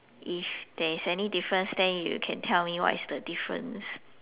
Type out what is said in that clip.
if there is any difference then you can tell me what is the difference